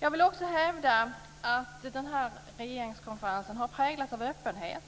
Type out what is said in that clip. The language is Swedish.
Jag vill också hävda att denna regeringskonferens har präglats av öppenhet.